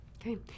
Okay